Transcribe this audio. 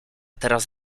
teraz